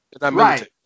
Right